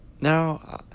Now